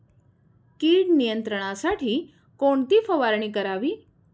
कीड नियंत्रणासाठी कोणती फवारणी करावी?